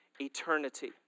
eternity